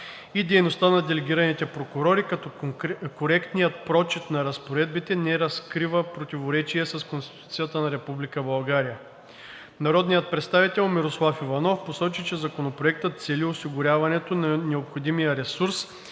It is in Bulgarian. дейността на делегираните прокурори, като коректният прочит на разпоредбите не разкрива противоречие с Конституцията на Република България. Народният представител Мирослав Иванов посочи, че Законопроектът цели осигуряването на необходимия ресурс